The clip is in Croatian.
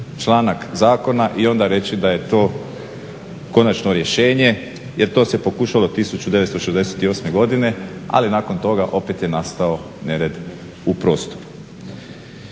članak zakona i onda reći da je to konačno rješenje jer to se pokušalo 1968. godine, ali nakon toga opet je nastao nered u prostoru.